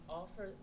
offer